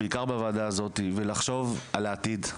בעיקר בוועדה הזאתי ולחשוב על העתיד,